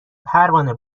پروانه